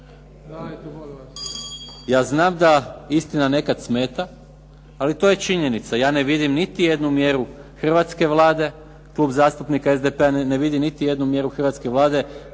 Ja znam da istina nekada smeta ali to je činjenica. Ja ne vidim niti jednu mjeru hrvatske Vlade. Klub zastupnika SDP-a ne vidi niti jednu mjeru hrvatske Vlade